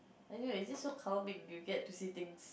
I don't know it's just so calming you get to see things